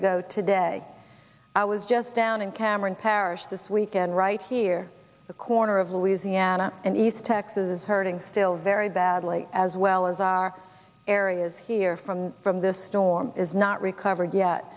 ago today i was just down in cameron parish this weekend right here the corner of louisiana and east texas hurting still very badly as well as our areas here from from this storm is not recovered yet